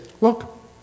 look